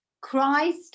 Christ